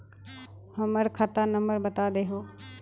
हमर खाता नंबर बता देहु?